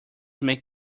make